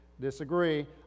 disagree